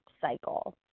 cycle